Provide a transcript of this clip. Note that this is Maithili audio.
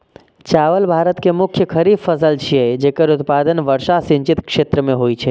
चावल भारत के मुख्य खरीफ फसल छियै, जेकर उत्पादन वर्षा सिंचित क्षेत्र मे होइ छै